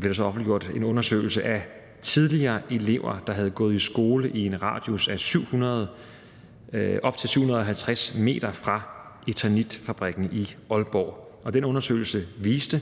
blev der så offentliggjort en undersøgelse af tidligere elever, der havde gået i skole i en radius af op til 750 m fra eternitfabrikken i Aalborg, og den undersøgelse viste,